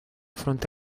fronte